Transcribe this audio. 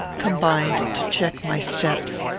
combined to check my steps.